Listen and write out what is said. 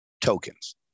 tokens